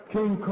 King